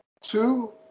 two